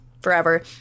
forever